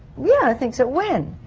yeah, i think so. when?